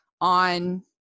on